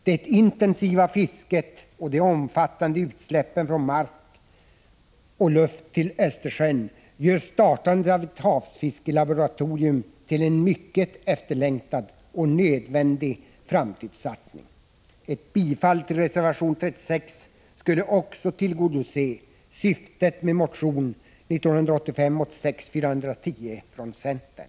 Det intensiva fisket och de omfattande utsläppen gör startandet av ett havsfiskelaboratorium vid ostkusten till en mycket efterlängtad och nödvändig framtidssatsning. Ett bifall till reservation 36 skulle också tillgodose syftet med motion 1985/86:410 från centern.